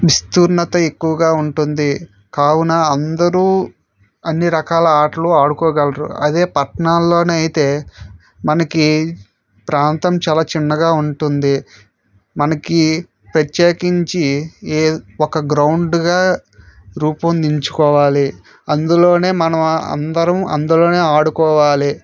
విస్తీర్ణత ఎక్కువగా ఉంటుంది కావున అందరు అన్నీ రకాల ఆటలు ఆడుకోగలరు అదే పట్నాలలో అయితే మనకి ప్రాంతం చాలా చిన్నగా ఉంటుంది మనకి ప్రత్యేకించి ఒక గ్రౌండ్గా రూపొందించుకోవాలి అందులో మనం అందరం అందులో ఆడుకోవాలి